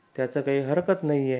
त्याचं काही हरकत नाही आहे